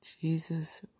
Jesus